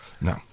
No